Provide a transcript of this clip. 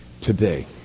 today